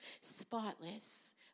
spotless